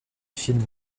film